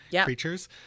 creatures